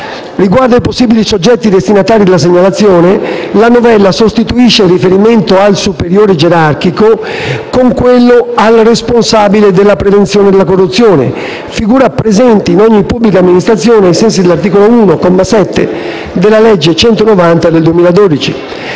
Riguardo ai possibili soggetti destinatari della segnalazione, la novella sostituisce il riferimento al superiore gerarchico con quello al responsabile della prevenzione della corruzione: figura presente in ogni pubblica amministrazione ai sensi dell'articolo 1, comma 7, della legge n. 190 del 2012.